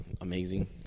Amazing